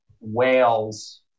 whales